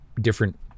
different